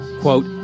Quote